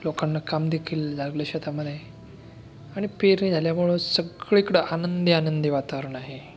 लोकांना कामदेखील लागलं शेतामध्ये आणि पेरणी झाल्यामुळे सगळीकडे आनंदीआनंदी वातावरण आहे